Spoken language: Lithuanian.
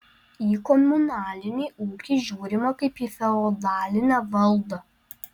į komunalinį ūkį žiūrima kaip į feodalinę valdą